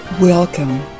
Welcome